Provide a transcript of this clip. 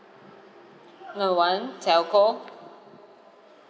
no one telco